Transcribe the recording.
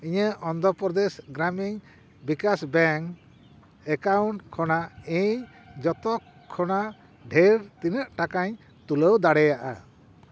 ᱤᱧᱟᱹᱜ ᱚᱱᱫᱷᱨᱚᱯᱨᱚᱫᱮᱥ ᱜᱨᱟᱢᱤᱱ ᱵᱤᱠᱟᱥ bank account ᱠᱷᱚᱱᱟᱜ ᱤᱧ ᱡᱚᱛᱚ ᱠᱷᱚᱱᱟᱜ ᱰᱷᱮᱨ ᱛᱤᱱᱟᱹᱜ ᱴᱟᱠᱟᱧ ᱛᱩᱞᱟᱹᱣ ᱫᱟᱲᱮᱭᱟᱜᱼᱟ